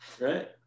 Right